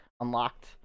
unlocked